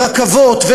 ורכבות,